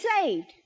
saved